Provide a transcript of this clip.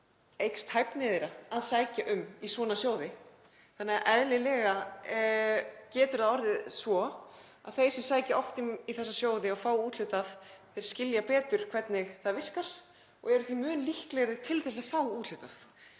eykst hæfni þess að sækja um í svona sjóði. Eðlilega getur það orðið svo að þeir sem sækja oft um í þessa sjóði fái úthlutað þar sem þeir skilja betur hvernig það virkar og eru því mun líklegri til að fá úthlutað.